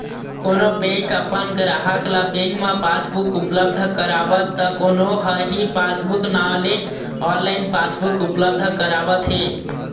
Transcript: कोनो बेंक अपन गराहक ल बेंक म पासबुक उपलब्ध करावत त कोनो ह ई पासबूक नांव ले ऑनलाइन पासबुक उपलब्ध करावत हे